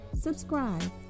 subscribe